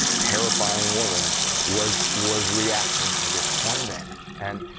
terrifying woman was was reacting to this coin vanish. and